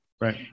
Right